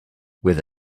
with